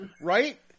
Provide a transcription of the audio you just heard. right